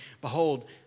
behold